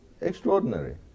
extraordinary